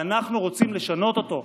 ואנחנו רוצים לשנות אותו.